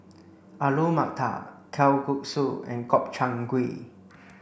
Alu Matar Kalguksu and Gobchang Gui